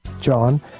John